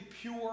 pure